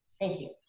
thank you.